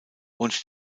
und